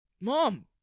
Mom